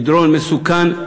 מדרון מסוכן.